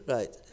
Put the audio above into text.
Right